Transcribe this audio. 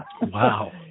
Wow